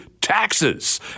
taxes